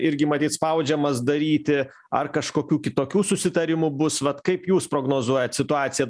irgi matyt spaudžiamas daryti ar kažkokių kitokių susitarimų bus vat kaip jūs prognozuojat situaciją